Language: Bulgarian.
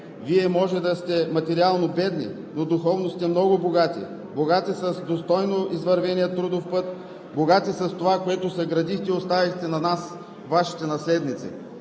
Вие може да сте материално бедни, но духовно сте много богати с достойно извървения трудов път, с това, което съградихте и оставихте на нас – Вашите наследници.